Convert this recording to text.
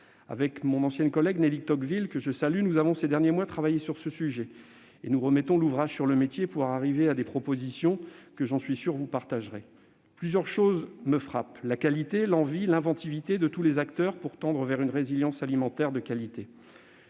Mon ancienne collègue Nelly Tocqueville, que je salue, et moi-même avons ces derniers mois travaillé sur ce sujet. Nous remettons l'ouvrage sur le métier et formulons des propositions que, j'en suis sûr, vous partagerez. Plusieurs choses me frappent : la qualité, l'envie et l'inventivité de tous les acteurs pour tendre vers une résilience alimentaire de qualité,